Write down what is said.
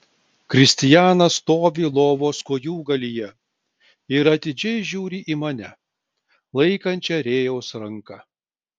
kristijanas stovi lovos kojūgalyje ir atidžiai žiūri į mane laikančią rėjaus ranką